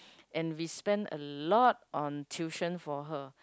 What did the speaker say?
and we spent a lot on tuition for her